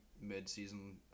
mid-season